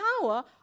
power